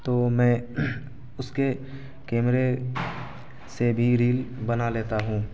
تو میں اس کے کیمرے سے بھی ریل بنا لیتا ہوں